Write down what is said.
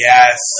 Yes